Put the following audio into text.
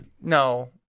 No